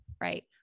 right